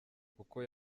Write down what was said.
kuko